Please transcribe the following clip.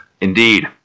Indeed